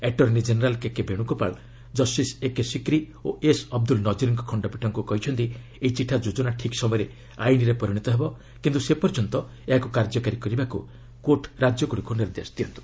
attorney general K K Venugopal justice AK Sikri ଓ S Abdul ନଜିର୍କ ଖଶ୍ତପୀଠଙ୍କୁ କହିଛନ୍ତି ଏହି ଚିଠା ଯୋଜନା ଠିକ୍ ସମୟରେ ଆଇନରେ ପରିଣତ ହେବ କିନ୍ତୁ ସେପର୍ଯ୍ୟନ୍ତ ଏହାକୁ କାର୍ଯ୍ୟକାରୀ କରିବାକୁ କୋର୍ଟ ରାଜ୍ୟଗୁଡ଼ିକୁ ନିର୍ଦ୍ଦେଶ ଦିଅନ୍ତୁ